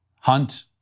hunt